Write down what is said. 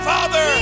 Father